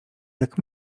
jak